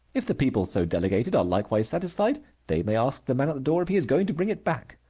if the people so delegated are likewise satisfied, they may ask the man at the door if he is going to bring it back.